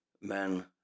men